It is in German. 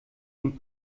dem